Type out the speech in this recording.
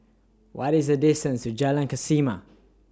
What IS The distance to Jalan Kesoma